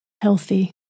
healthy